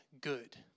good